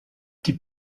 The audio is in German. die